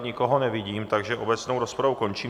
Nikoho nevidím, takže obecnou rozpravu končím.